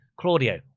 Claudio